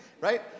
right